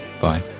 Bye